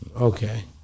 Okay